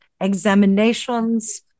Examinations